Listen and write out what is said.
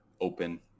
open